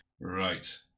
Right